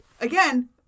Again